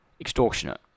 extortionate